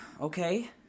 Okay